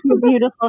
Beautiful